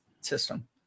system